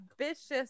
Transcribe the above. ambitious